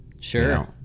Sure